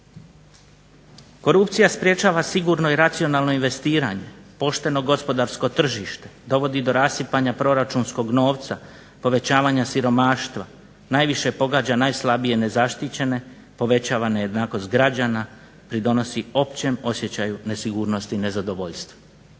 Korupcija sprječava sigurno i racionalno investiranje, pošteno gospodarsko tržište, dovodi do rasipanja proračunskog novca, povećanja siromaštva, najviše pogađa najslabije nezaštićene, povećava nejednakost građana, pridonosi općem osjećaju nesigurnosti i nezadovoljstva.